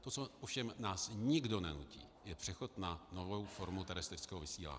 To, co ovšem nás nikdo nenutí, je přechod na novou formu terestrického vysílání.